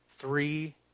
Three